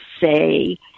say